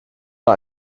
war